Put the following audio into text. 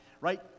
right